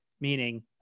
Meaning